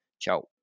ciao